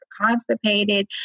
constipated